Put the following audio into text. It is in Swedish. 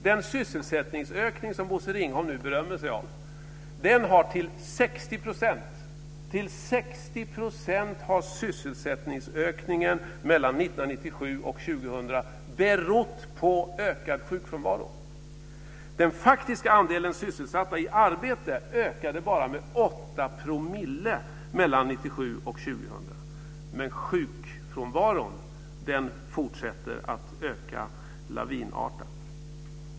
Den sysselsättningsökning som Bosse Ringholm nu berömmer sig av har mellan Den faktiska andelen sysselsatta i arbete ökade bara med 8 % mellan 1997 och 2000. Men sjukfrånvaron fortsätter att öka lavinartat.